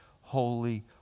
holy